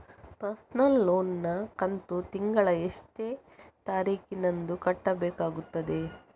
Personal loan ನ ಕಂತು ತಿಂಗಳ ಎಷ್ಟೇ ತಾರೀಕಿನಂದು ಕಟ್ಟಬೇಕಾಗುತ್ತದೆ?